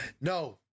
No